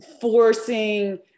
forcing